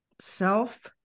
self